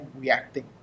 reacting